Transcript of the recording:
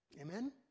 Amen